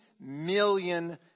million